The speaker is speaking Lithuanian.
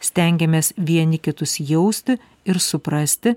stengiamės vieni kitus jausti ir suprasti